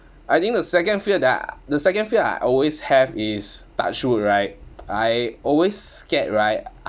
I think the second fear that the second fear I always have is touch wood right I always scared right